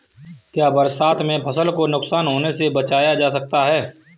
क्या बरसात में फसल को नुकसान होने से बचाया जा सकता है?